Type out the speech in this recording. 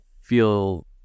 feel